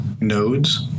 nodes